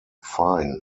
fine